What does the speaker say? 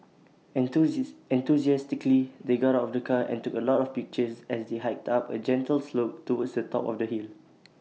enthusiastically they got out of the car and took A lot of pictures as they hiked up A gentle slope towards the top of the hill